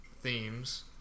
themes